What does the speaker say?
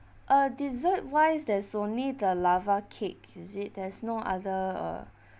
uh dessert wise there's only the lava cake is it there's no other uh